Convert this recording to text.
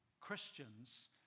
Christians